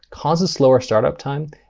causes slower startup time,